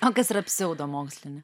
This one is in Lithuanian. o kas yra pseudomokslinė